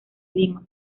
lima